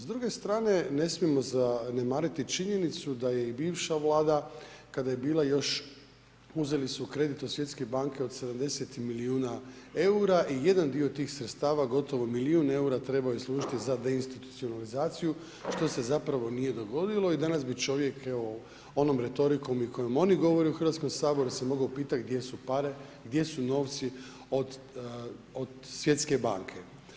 S druge strane ne smijemo zanemariti činjenicu da je i bivša Vlada kada je bila još, uzeli su kredit od Svjetske banke od 70 milijuna eura i jedan dio tih sredstava, gotovo milijun eura trebao je služiti za deinstitucionalizaciju što se zapravo nije dogodilo i danas bi čovjek evo onom retorikom i koji oni govore u Hrvatskom saboru se moglo pitati gdje su pare, gdje su novci od Svjetske banke.